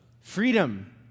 freedom